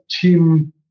team